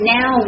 Now